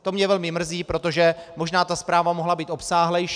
To mě velmi mrzí, protože možná ta zpráva mohla být obsáhlejší.